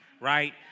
right